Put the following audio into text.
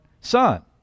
son